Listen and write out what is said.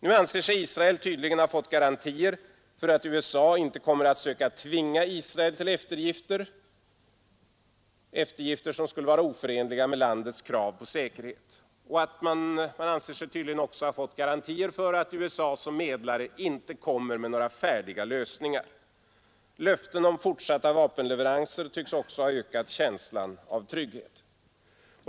Nu anser sig Israel tydligen ha fått garantier för att USA inte kommer att söka tvinga Israel till eftergifter, eftergifter som skulle vara oförenliga med landets krav på säkerhet. Man anser sig tydligen ha fått garantier för att USA som medlare inte kommer med några färdiga lösningar. Löften om fortsatta vapenleveranser tycks också ha ökat känslan av trygghet.